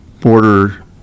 border